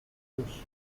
russo